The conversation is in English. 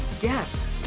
guest